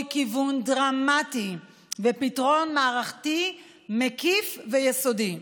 כיוון דרמטי ופתרון מערכתי מקיף ויסודי.